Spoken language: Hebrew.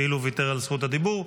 כאילו ויתר על זכות הדיבור.